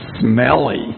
smelly